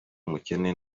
umukene